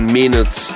minutes